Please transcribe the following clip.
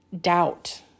doubt